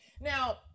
Now